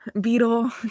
beetle